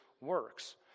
works